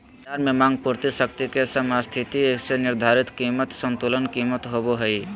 बज़ार में मांग पूर्ति शक्ति के समस्थिति से निर्धारित कीमत संतुलन कीमत होबो हइ